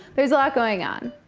there's a lot going on.